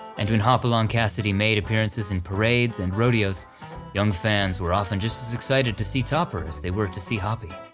and when hopalong cassidy made appearances in parades and rodeos young fans were often just as excited to see topper as they were to see hoppy.